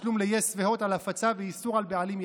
תשלום ל-yes והוט על הפצה ואיסור על בעלים יחיד.